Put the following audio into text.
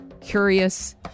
curious